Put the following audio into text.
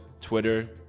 Twitter